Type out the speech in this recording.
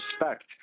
respect